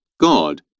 God